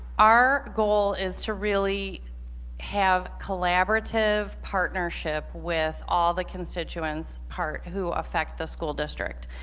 our goal is to really have collaborative partnership with all the constituents part who affect the school district.